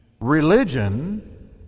Religion